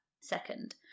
Second